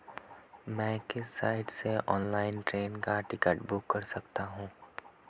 मैं किस साइट से ऑनलाइन ट्रेन का टिकट बुक कर सकता हूँ?